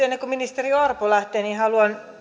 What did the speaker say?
ennen kuin ministeri orpo lähtee haluan